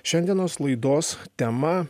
šiandienos laidos tema